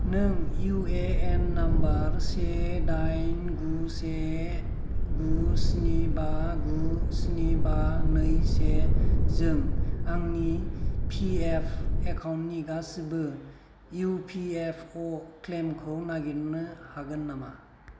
नों U A N number से दाइन गु से गु स्नि बा गु स्नि बा नै सेजों आंनि पि एफ एकाउन्टनि गासैबो इउ पि एफ अ क्लेइमखौ नागिरनो हागोन नामा